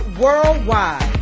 worldwide